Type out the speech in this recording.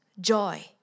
joy